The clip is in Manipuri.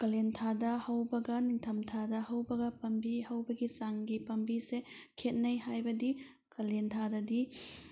ꯀꯥꯂꯦꯟꯊꯥꯗ ꯍꯧꯕꯒ ꯅꯤꯡꯊꯝꯊꯥꯗ ꯍꯧꯕꯒ ꯄꯥꯝꯕꯤ ꯍꯧꯕꯒꯤ ꯆꯥꯡꯒꯤ ꯄꯥꯝꯕꯤꯁꯦ ꯈꯦꯠꯅꯩ ꯍꯥꯏꯕꯗꯤ ꯀꯥꯂꯦꯟꯊꯥꯗꯗꯤ